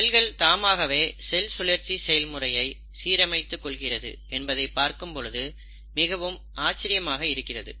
செல்கள் தாமாகவே செல் சுழற்சி செயல்முறையை சீரமைத்து கொள்கிறது என்பதை பார்க்கும் பொழுது மிகவும் ஆச்சரியமாக இருக்கிறது